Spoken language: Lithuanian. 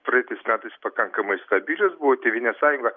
praeitais metais pakankamai stabilios buvo tėvynės sąjunga